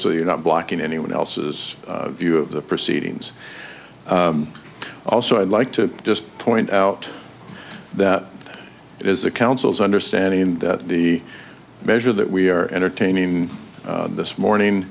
so you're not blocking anyone else's view of the proceedings also i'd like to just point out that it is the council's understanding that the measure that we are entertaining this morning